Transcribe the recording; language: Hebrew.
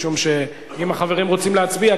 משום שאם החברים רוצים להצביע,